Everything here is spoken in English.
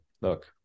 look